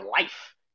life